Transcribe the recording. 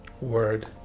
Word